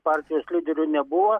partijos lyderiui nebuvo